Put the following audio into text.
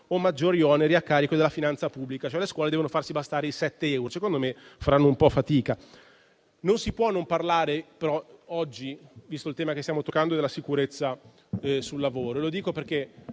maggiori oneri a carico della finanza pubblica», cioè le scuole devono farsi bastare quei 7 euro. Secondo me faranno un po' fatica. Non si può non parlare, però, oggi, visto il tema che stiamo toccando, della sicurezza sul lavoro, su cui